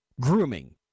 grooming